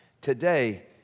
Today